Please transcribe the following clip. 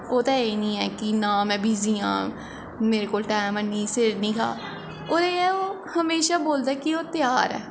ओह्दा एह् निं ऐ कि नां में बिज़ी आं मेरे कोल टैम निं सिर निं खा ओह् एह् ओह् हमेशा बोलदा कि ओह् त्यार ऐ